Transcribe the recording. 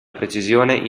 precisione